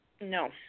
No